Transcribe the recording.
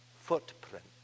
footprint